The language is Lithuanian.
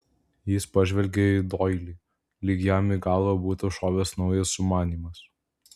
jis pažvelgė į doilį lyg jam į galvą būtų šovęs naujas sumanymas